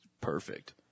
perfect